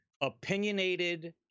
opinionated